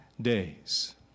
days